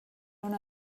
una